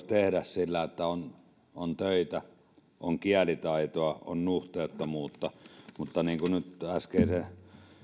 tehdä selvitys että on on töitä on kielitaitoa on nuhteettomuutta mutta niin kuin nyt äskeisen